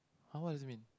!huh! what is it mean